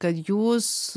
kad jūs